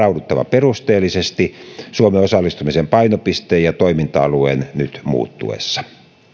perusteellisesti suomen osallistumisen painopisteen ja toiminta alueen nyt muuttuessa